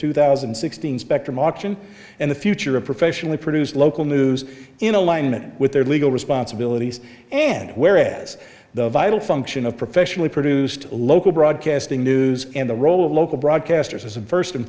two thousand and sixteen spectrum auction and the future of professionally produced local news in alignment with their legal responsibilities and where it is the vital function of professionally produced local broadcasting news and the role of local broadcasters as a